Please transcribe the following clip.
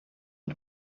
had